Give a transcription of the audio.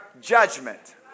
judgment